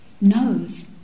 knows